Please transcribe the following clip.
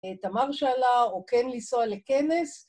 תמר שאלה או כן לנסוע לכנס.